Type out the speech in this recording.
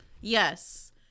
Yes